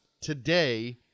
today